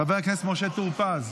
חבר הכנסת משה טור פז,